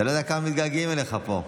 אתה לא יודע כמה מתגעגעים אליך פה.